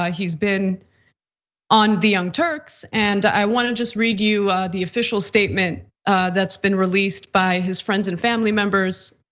he's been on the young turks and i want to just read you the official statement that's been released by his friends and family members.